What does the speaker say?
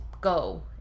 go